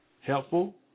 helpful